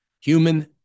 Human